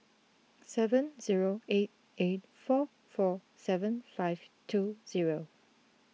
seven zero eight eight four four seven five two zero